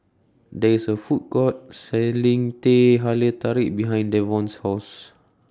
There IS A Food Court Selling Teh Halia Tarik behind Devon's House